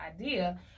idea